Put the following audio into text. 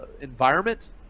environment